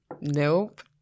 nope